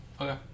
Okay